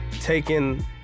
taking